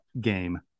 game